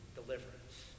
deliverance